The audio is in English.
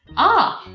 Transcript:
ah!